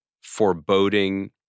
foreboding